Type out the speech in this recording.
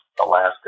Alaska